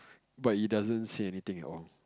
but it doesn't say anything at all